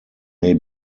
may